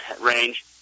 range